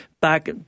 back